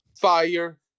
Fire